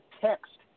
text